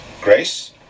Grace